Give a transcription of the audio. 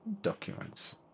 documents